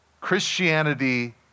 Christianity